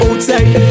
Outside